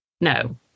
no